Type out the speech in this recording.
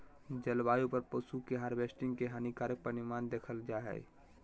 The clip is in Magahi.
जलवायु पर पशु के हार्वेस्टिंग के हानिकारक परिणाम देखल जा हइ